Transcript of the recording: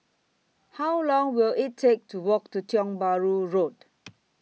How Long Will IT Take to Walk to Tiong Bahru Road